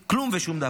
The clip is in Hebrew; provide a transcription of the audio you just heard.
כלום ושום דבר.